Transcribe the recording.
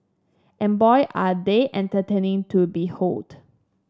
and boy are they entertaining to behold